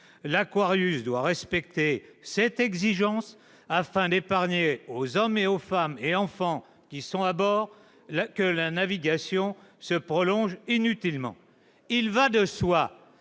L'doit respecter cette exigence, afin d'épargner aux hommes, aux femmes et aux enfants présents à bord que la navigation se prolonge inutilement. Il va de soi